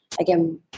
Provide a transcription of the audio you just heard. again